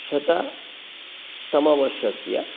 शततमवर्षस्य